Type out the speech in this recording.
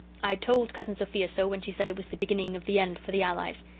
i told cousin sophia so when she said it was the beginning of the end for the allies.